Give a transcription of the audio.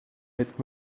hetk